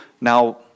now